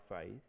faith